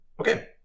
Okay